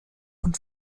von